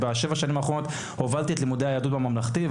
בשבע השנים האחרונות הובלתי את לימודי היהדות בממלכתי,